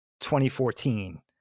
2014